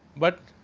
but,